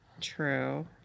True